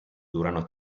durano